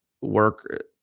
work